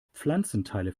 pflanzenteile